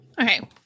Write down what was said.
Okay